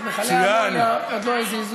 את מכלי האמוניה עוד לא הזיזו,